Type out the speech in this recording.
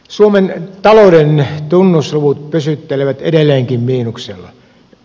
suomen talouden tunnusluvut pysyttelevät edelleenkin miinuksella